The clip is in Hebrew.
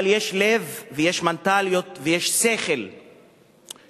אבל יש לב ויש מנטליות ויש שכל שהסתמך